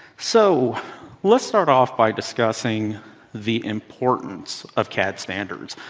so let's start off by discussing the importance of cad standards.